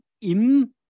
Im